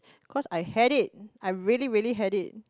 cause I had it I really really had it